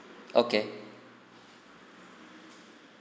okay